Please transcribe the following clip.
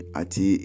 ati